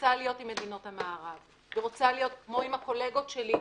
שרוצה להיות עם מדינות המערב ורוצה להיות כמו עם הקולגות שלי,